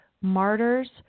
martyrs